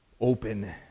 open